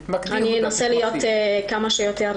אנסה להיות כמה שיותר